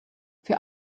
für